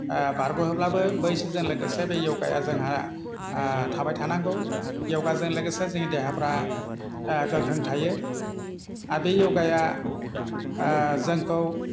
बारग होब्लाबो बैसोजों लोगोसे बे योगाया जोंहा थाबाय थानांगौ योगाजों लोगोसे जोंनि देहाफ्रा गोख्रों थायो आर बे योगाया जोंखौ